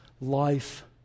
life